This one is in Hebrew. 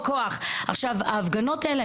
לגבי ההפגנות האלה,